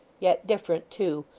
yet different too,